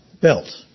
built